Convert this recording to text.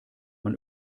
man